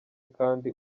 kandi